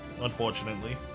unfortunately